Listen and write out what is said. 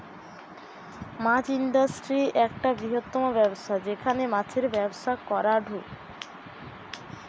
মাছ industry একটা বৃহত্তম ব্যবসা যেখানে মাছের ব্যবসা করাঢু